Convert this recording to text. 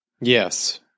Yes